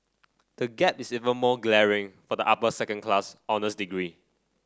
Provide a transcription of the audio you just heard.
the gap is even more glaring for the upper second class honours degree